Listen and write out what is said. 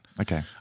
Okay